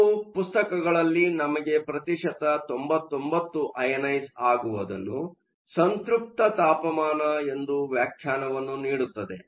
ಕೆಲವು ಪುಸ್ತಕಗಳಲ್ಲಿ ನಮಗೆ ಪ್ರತಿಶತ 99 ಅಯನೈಸ಼್ ಆಗುವುದನ್ನು ಸಂತ್ರಪ್ತ ತಾಪಮಾನ ಎಂದು ವ್ಯಾಖ್ಯಾನವನ್ನು ನೀಡುತ್ತವೆ